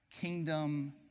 kingdom